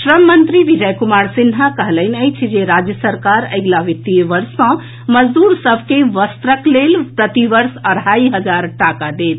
श्रम मंत्री विजय कुमार सिन्हा कहलनि अछि जे राज्य सरकार अगिला वित्तीय वर्ष सँ मजदूर सभ के वस्त्रक लेल प्रति वर्ष अढ़ाई हजार टाका देत